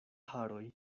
haroj